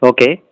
Okay